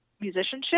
musicianship